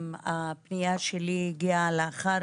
הפנייה שלי הגיעה לאחר